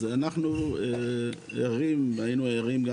אז אנחנו היינו ערים,